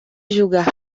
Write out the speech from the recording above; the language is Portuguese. julgar